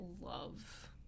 love